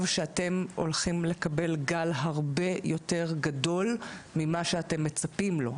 שאתם הולכים לקבל גל הרבה יותר גדול ממה שאתם מצפים לו?